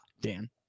Dan